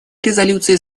резолюции